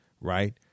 right